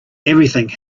everything